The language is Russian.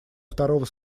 второго